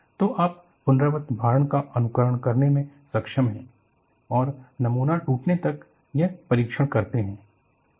तो आप पुनरावृत्त भारण का अनुकरण करने में सक्षम हैं और नमूना टूटने तक यह परीक्षण करते हैं